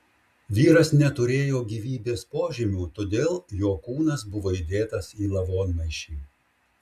vyras neturėjo gyvybės požymių todėl jo kūnas buvo įdėtas į lavonmaišį